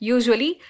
Usually